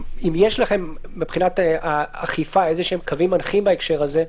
אם יש לכם מבחינת האכיפה קווים מנחים בהקשר הזה.